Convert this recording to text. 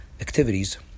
activities